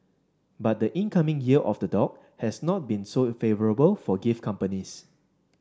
but the incoming Year of the Dog has not been so favourable for gift companies